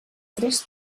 tres